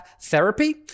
therapy